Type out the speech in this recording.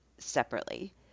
separately